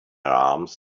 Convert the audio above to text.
arms